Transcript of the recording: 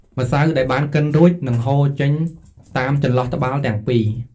ម្សៅដែលបានកិនរួច នឹងហូរចេញតាមចន្លោះត្បាល់ទាំងពីរ។